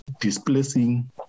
displacing